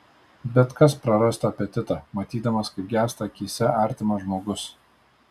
bet kas prarastų apetitą matydamas kaip gęsta akyse artimas žmogus